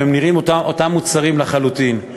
והם נראים אותם מוצרים לחלוטין.